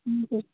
हजुर